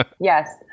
Yes